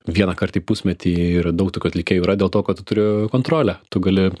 vienąkart į pusmetį ir daug tokių atlikėjų yra dėl to kad tu turi kontrolę tu gali